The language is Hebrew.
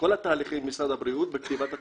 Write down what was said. לכל התהליכים עם משרד הבריאות בקביעת התקנות.